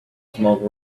smoke